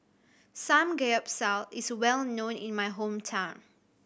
samgeyopsal is well known in my hometown